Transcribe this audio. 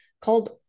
called